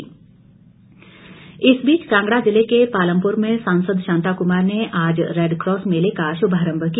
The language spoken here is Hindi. शांता क्मार इस बीच कांगड़ा जिले के पालमप्र में सांसद शांता कमार ने आज रैडकॉस मेले का शुभारंभ किया